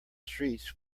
streets